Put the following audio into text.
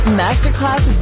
masterclass